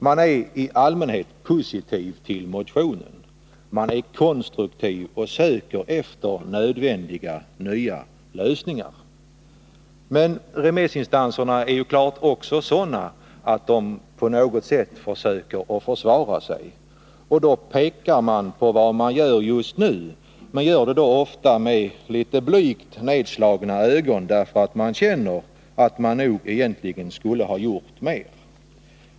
Man är i allmänhet positiv till motionen. Man är konstruktiv och söker efter nödvändiga nya lösningar. Men remissinstanserna försöker naturligtvis också att på något sätt försvara sig, och då pekar man på vad man gör just nu — ofta med litet blygt nedslagna ögon, därför att man känner att man nog egentligen skulle ha gjort mer.